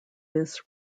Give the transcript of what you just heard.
this